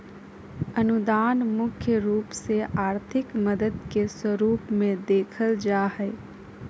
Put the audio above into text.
अनुदान मुख्य रूप से आर्थिक मदद के स्वरूप मे देखल जा हय